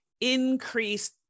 increase